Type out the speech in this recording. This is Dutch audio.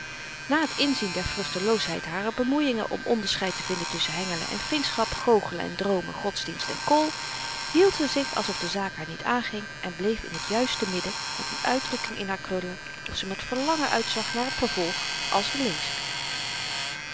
na t inzien der vruchteloosheid harer bemoeiingen om onderscheid te vinden tusschen hengelen en vriendschap goochelen en droomen godsdienst en kool hield ze zich alsof de zaak haar niet aanging en bleef in t juiste midden met n uitdrukking in haar krullen of ze met verlangen uitzag naar t vervolg als de lezer